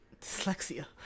dyslexia